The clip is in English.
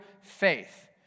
faith